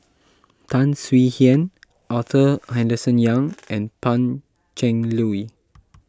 Tan Swie Hian Arthur Henderson Young and Pan Cheng Lui